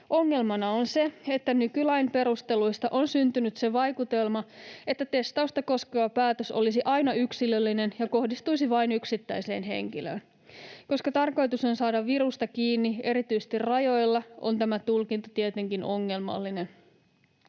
Ongelmana on se, että nykylain perusteluista on syntynyt se vaikutelma, että testausta koskeva päätös olisi aina yksilöllinen ja kohdistuisi vain yksittäiseen henkilöön. Koska tarkoitus on saada virusta kiinni erityisesti rajoilla, on tämä tulkinta tietenkin ongelmallinen.